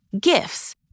gifts